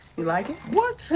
you like it? what?